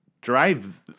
drive